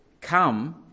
come